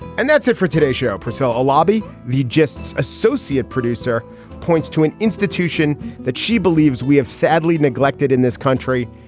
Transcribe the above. and that's it for today's show for. so ah lobby, the justice associate producer points to an institution that she believes we have sadly neglected in this country,